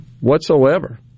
whatsoever